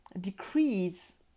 decrease